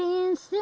is